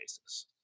basis